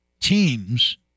teams